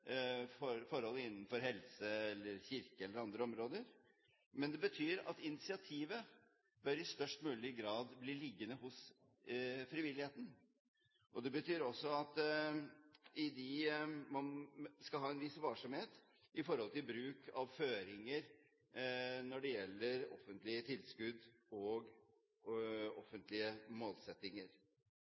konkrete forhold innenfor helse, kirke eller andre områder. Men det betyr at initiativet i størst mulig grad bør bli liggende hos frivilligheten. Det betyr også at man skal ha en viss varsomhet i bruk av føringer når det gjelder offentlige tilskudd og offentlige målsettinger.